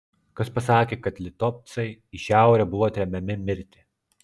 kas pasakė kad litovcai į šiaurę buvo tremiami mirti